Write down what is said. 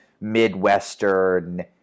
Midwestern